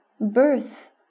Birth